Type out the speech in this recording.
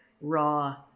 raw